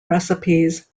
recipes